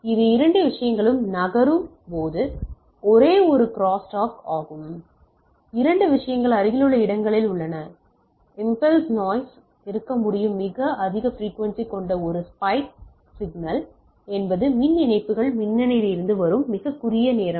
இரண்டு விஷயங்கள் நகரும் போது இது ஒரு க்ரோஸ்டாக் ஆகும் இரண்டு விஷயங்கள் அருகிலுள்ள இடங்களில் உள்ளன மற்றும் இம்பல்ஸ் நாய்ஸ் இருக்க முடியும் மிக அதிக பிரிக்குவென்சி கொண்ட ஒரு ஸ்பைக் சிக்னல் என்பது மின் இணைப்புகள் மின்னலிலிருந்து வரும் மிகக் குறுகிய நேரமாகும்